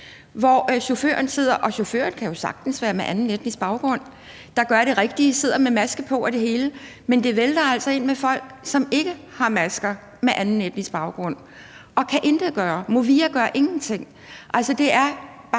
hvor chaufføren – og chaufføren kan jo sagtens være med anden etnisk baggrund – gør det rigtige, altså sidder med maske på og det hele, men hvor det vælter ind med folk med anden etnisk baggrund, som ikke har masker, og man kan intet gøre. Movia gør ingenting. Altså, det er bare